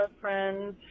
friends